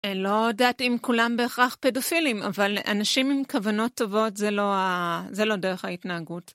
לא יודעת אם כולם בהכרח פדופילים, אבל אנשים עם כוונות טובות זה לא דרך ההתנהגות.